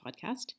podcast